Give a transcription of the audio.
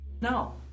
No